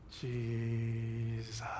Jesus